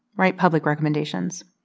write public recommendations.